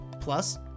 Plus